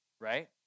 right